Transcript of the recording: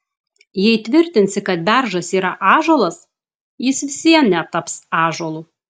jei tvirtinsi kad beržas yra ąžuolas jis vis vien netaps ąžuolu